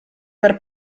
per